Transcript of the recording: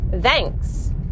Thanks